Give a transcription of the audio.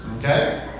Okay